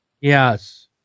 Yes